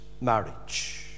marriage